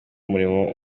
umurimo